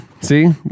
See